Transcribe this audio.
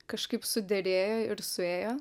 kažkaip suderėjo ir suėjo